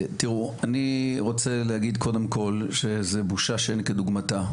תראו אני רוצה להגיד קודם כל שזה בושה שאין כדוגמתה,